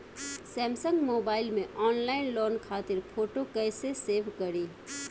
Samsung mobile में online loan खातिर photo कैसे सेभ करीं?